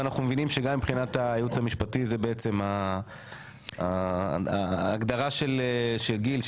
ואנחנו מבינים שגם היעוץ המשפטי זה בעצם ההגדרה של גיל.